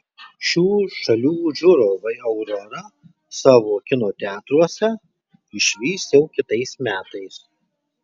šių šalių žiūrovai aurorą savo kino teatruose išvys jau kitais metais